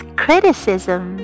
criticism